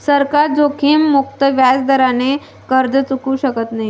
सरकार जोखीममुक्त व्याजदराने कर्ज चुकवू शकत नाही